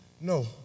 No